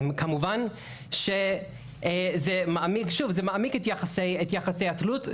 כמובן שזה מעמיק את יחסי התלות.